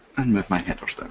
and move my headers down